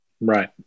Right